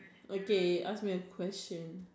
okay ask me a question